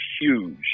huge